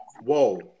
Whoa